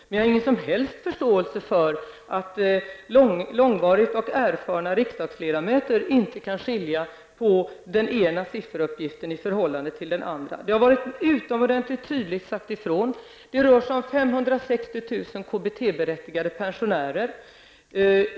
Men jag har ingen som helst förståelse för att människor som sedan länge är riksdagsledamöter inte kan skilja den ena sifferuppgiften från den andra. Det har utomordentligt tydligt sagts ifrån att det rör sig om 560 000 KBT-berättigade pensionärer.